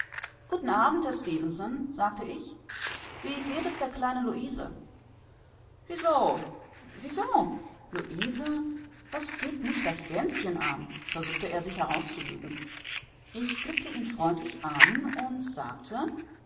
guten abend mister stefenson sagte ich wie geht es der kleinen luise wieso wieso luise was geht mich das gänschen an versuchte er sich herauszulügen ich blickte ihn freundlich an und sagte